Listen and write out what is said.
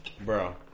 Bro